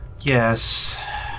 Yes